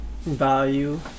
value